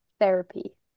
therapy